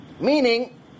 Meaning